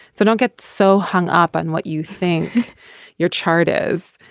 so don't get so hung up on what you think your chart is.